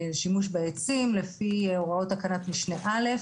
שימוש בעצים לפי הוראות תקנת משנה (א).